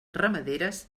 ramaderes